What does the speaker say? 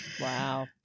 Wow